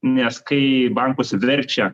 nes kai bankus verčia